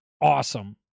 Awesome